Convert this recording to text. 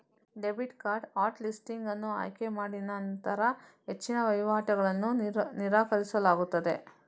debit card hot listing ಅನ್ನು ಆಯ್ಕೆ ಮಾಡಿನಂತರ ಹೆಚ್ಚಿನ ವಹಿವಾಟುಗಳನ್ನು ನಿರಾಕರಿಸಲಾಗುತ್ತದೆ